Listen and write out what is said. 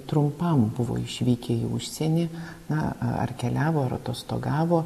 trumpam buvo išvykę į užsienį na ar keliavo ar atostogavo